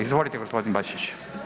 Izvolite gospodin Bačić.